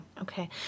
okay